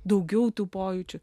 daugiau tų pojūčių